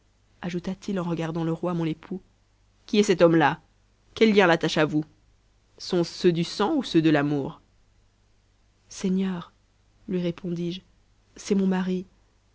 ajouta-t-il en regardant le roi mon époux qui est cet hommelà quels liens l'attachent à vous sont-ce ceux du sang ou ceux de l'amour seigneur lui répondis-je c'est mon mari